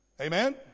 Amen